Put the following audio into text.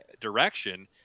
direction